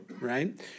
right